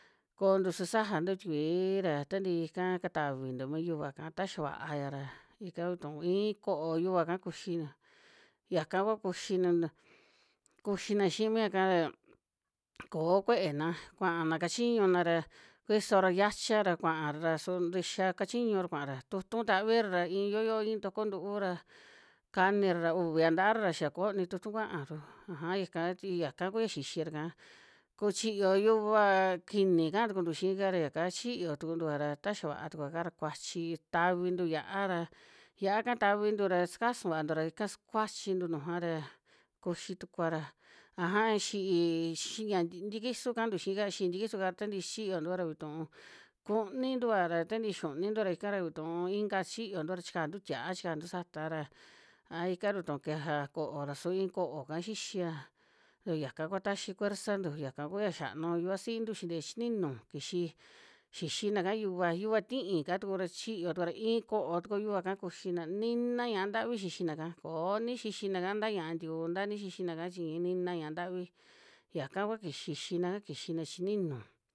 Kontu sasajantu tikui ra tantii ika katavintu mi yuva'ka ta xa va'aya ra ika vituu, iin ko'o yuva'ka kuxi, yaka kua kuxi na- na, kuxina xii mi yaka a koó kuena kuana kachiñuna ra kuisora yacha ra, kuara ra su ntixia kachiñura kuaara, tu'utu tavira ra iin yo yo iin toko ntu'u ra kanira ra, uvia ntaara ra xia kooni tu'utu kuaaru, aja ya ika chi yaka kuya xixira'ka, ku chiyo yuvaa kiini kaa tukuntu xiika ra yaka schiyo tukuntua ra ta xia va'a tukuaka ra kuachi, tavintu yia'a ra, yia'aka tavintu ra skasun vaantua ra ika sukuachintu nujua ra kuxi tukuara, aja xi'í xi ya tikisu kaantu xiika, xi'í tikisu'ka ra ta ntii sichiyontua ra vituu kunintua ra ta ntii xunintua ra ikara vituu inka sichiyontua ra chikantu tia'a chikantu sataa ra, a ika ra tuu kejea ko'o ra suu iin ko'oka xixia, su yaka kua taxi fuerzantu, yaka kuya xianu yuvasintu xintee chi ninu kixi, xixina'ka yuva, yuva ti'íka tuku ra chiyo tukua ra iin ko'o tuku yuva'ka kuxina, nina ña'a ntavi xixina'ka koo ni xixina'ka nta ña'a ntikuu, nta ni xixina'ka chi iin nina ña'a ntavi, yaka kua ki xixina'ka kixina chi ninu.